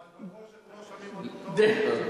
אבל בחושך לא שומעים אותו טוב.